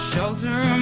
Shelter